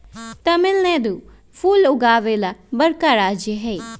तमिलनाडु फूल उगावे वाला बड़का राज्य हई